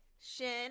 shin